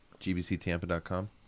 gbctampa.com